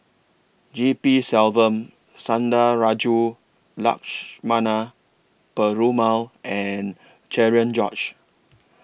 G P Selvam Sundarajulu Lakshmana Perumal and Cherian George